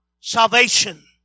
salvation